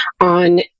on